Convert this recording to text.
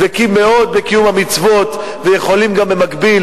דבקים מאוד בקיום המצוות ויכולים גם במקביל